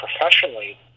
Professionally